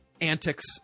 antics